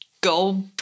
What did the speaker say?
go